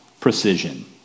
precision